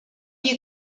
you